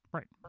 Right